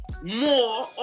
more